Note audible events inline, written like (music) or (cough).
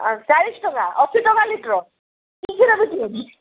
ଆ ଚାଳିଶି ଟଙ୍କା ଅଶୀ ଟଙ୍କା ଲିଟର (unintelligible)